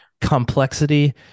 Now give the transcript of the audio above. Complexity